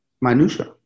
minutia